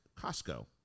Costco